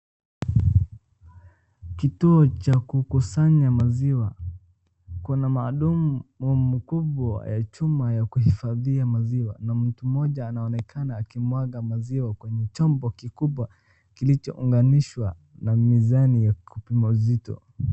Kituo cha kukusanya maziiwa, kuna madumu makubwa ya chuma ya kuhifadhia maziwa ana mtu mmoja anaonekana akimwaga maziwa kwenye chombo kikubwa kilichounganishwa na mizani ya kupima uzito.